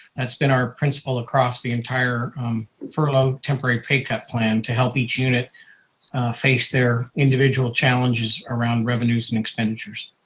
that's been our principle across the entire furlough, temporary pay cut plan to help each unit face their individual challenges around revenues and expenditures.